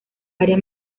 área